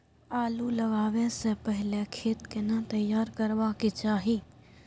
आलू लगाबै स पहिले खेत केना तैयार करबा के चाहय?